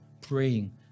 praying